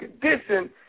condition